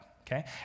okay